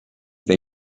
they